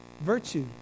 virtue